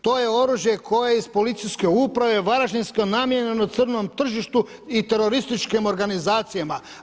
To je oružje koje iz Policijske uprave Varaždinske namijenjeno crnom tržištu i terorističkim organizacijama.